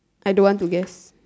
I don't want to guess